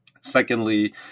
Secondly